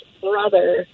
brother